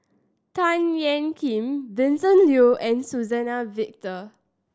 Tan Ean Kiam Vincent Leow and Suzann Victor